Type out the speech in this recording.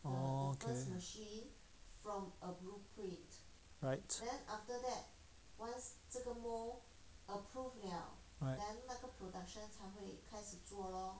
orh right right